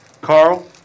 Carl